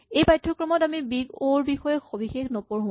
এই পাঠ্যক্ৰমত আমি বিগ অ' ৰ বিষয়ে সবিশেষ নপঢ়ো